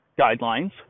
guidelines